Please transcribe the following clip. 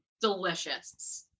delicious